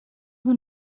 who